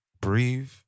Breathe